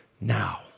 now